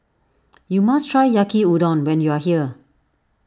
you must try Yaki Udon when you are here